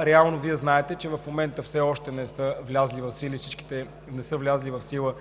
реално Вие знаете, че в момента все още не са влезли в сила